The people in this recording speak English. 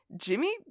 Jimmy